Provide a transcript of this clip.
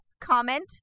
comment